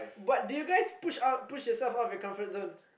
but did you guys out did you guys push yourself out of your comfort zone